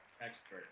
Expert